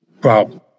problem